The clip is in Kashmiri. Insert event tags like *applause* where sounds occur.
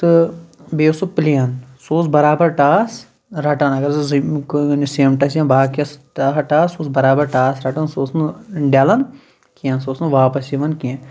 تہٕ بیٚیہِ اوس سُہ پٕلین سُہ اوس برابر ٹاس رٹان اگر سُہ *unintelligible* سیٖمٹَس یا باقِیَس ترٛاوہا ٹاس سُہ اوس برابر ٹاس رٹان سُہ اوس نہٕ ڈَلان کیٚنہہ سُہ اوس نہٕ واپَس یِوان کیٚنہہ